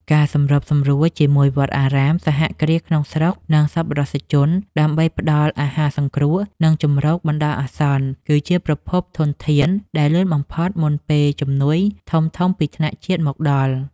ការសម្របសម្រួលជាមួយវត្តអារាម សហគ្រាសក្នុងស្រុក និងសប្បុរសជនដើម្បីផ្ដល់អាហារសង្គ្រោះ និងជម្រកបណ្ដោះអាសន្ន គឺជាប្រភពធនធានដែលលឿនបំផុតមុនពេលជំនួយធំៗពីថ្នាក់ជាតិមកដល់។